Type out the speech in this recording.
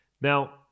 Now